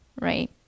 right